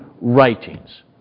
writings